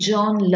John